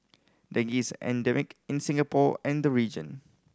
dengue's endemic in Singapore and the region